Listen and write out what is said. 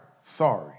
sorry